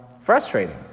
frustrating